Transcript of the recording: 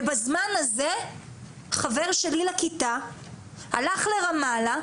ובזמן הזה חבר שלי לכיתה הלך לרמאללה,